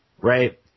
Right